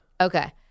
Okay